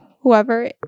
whoever